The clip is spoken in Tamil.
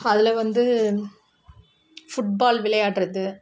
அதில் வந்து ஃபுட்பால் விளையாடுறது